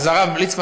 אז הרב ליצמן,